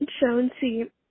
Jonesy